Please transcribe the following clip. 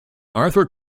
arthur